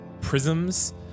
prisms